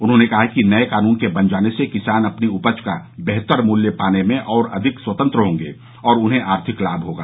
उन्होंने कहा कि नए कानून के बन जाने से किसान अपनी उपज का बेहतर मूल्य पाने में और अधिक स्वतंत्र होंगे और उन्हें आर्थिक लाम होगा